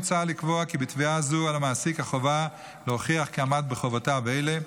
מוצע לקבוע כי בתביעה הזו חובה על המעסיק להוכיח כי עמד בחובותיו אלה,